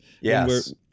Yes